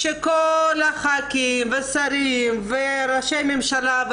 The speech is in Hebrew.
כשכל הח"כים והשרים ושרי הממשלה,